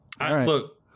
Look